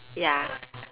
ya